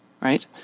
Right